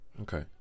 okay